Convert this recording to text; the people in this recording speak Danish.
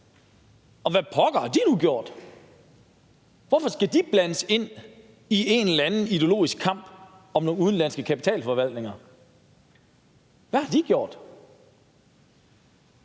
Og hvad pokker har de nu gjort? Hvorfor skal de blandes ind i en eller anden ideologisk kamp om nogle udenlandske kapitalforvaltere? Hvad har de gjort?